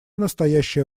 настоящее